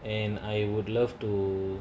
and I would love to